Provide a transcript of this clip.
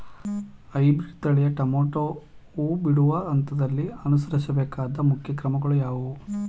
Hybrid ತಳಿಯ tomato ಹೂ ಬಿಡುವ ಹಂತದಲ್ಲಿ ಅನುಸರಿಸಬೇಕಾದ ಮುಖ್ಯ ಕ್ರಮಗಳು ಯಾವುವು?